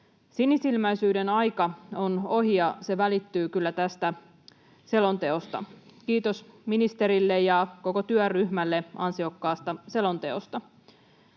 Sinisilmäisyyden aika on ohi, ja se välittyy kyllä tästä selonteosta. Kiitos ministerille ja koko työryhmälle ansiokkaasta selonteosta.